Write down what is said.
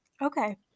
Okay